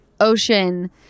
Ocean